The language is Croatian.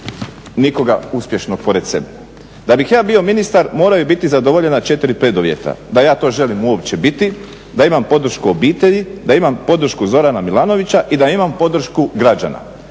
nikoga uspješnog pored sebe. Da bih ja bio ministar moraju biti zadovoljena četiri preduvjeta. Da ja to želim uopće biti, da imam podršku obitelji, da imam podršku Zorana Milanovića i da imam podršku građana.